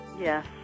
Yes